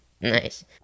Nice